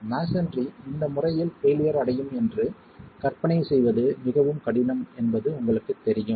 masonry இந்த முறையில் failure அடையும் என்று கற்பனை செய்வது மிகவும் கடினம் என்பது உங்களுக்கு தெரியும்